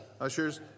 ushers